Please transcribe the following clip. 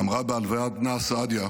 אמרה בהלוויית בנה, סעדיה,